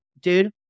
Dude